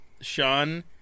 Sean